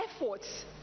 efforts